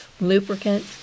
Lubricant